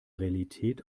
realität